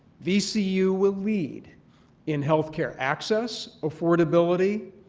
vcu will lead in health care access, affordability,